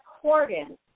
accordance